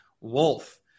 wolf